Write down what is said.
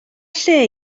lle